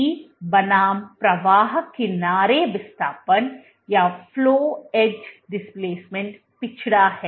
E बनाम प्रवाह किनारे विस्थापन पिछड़ा है